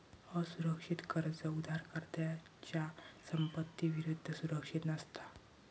असुरक्षित कर्ज उधारकर्त्याच्या संपत्ती विरुद्ध सुरक्षित नसता